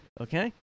Okay